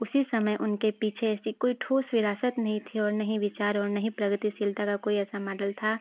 उसी समय उनके पीछे ऐसी कोई ठोस विरासत नहीं थी और न ही विचार और न ही प्रगतिशीलता का कोई ऐसा माडल था